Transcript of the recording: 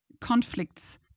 conflicts